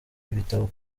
ibitabo